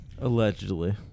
allegedly